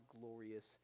glorious